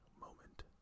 moment